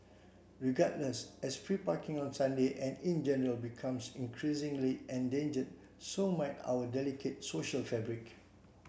regardless as free parking on Sunday and in general becomes increasingly endangered so might our delicate social fabric